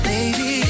Baby